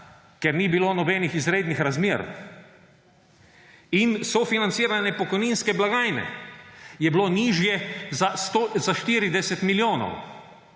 ker ni bilo nobenih izrednih razmer, in sofinanciranje pokojninske blagajne je bilo nižje za 40 milijonov.